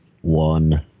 One